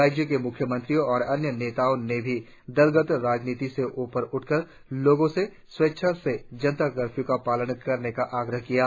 राज्यों के म्ख्यमंत्रियों और अन्य नेताओं ने भी दल गत राजनीति से ऊपर उठकर लोगों से स्वेच्छा से जनता कर्फ्यू का पालन करने का आग्रह किया है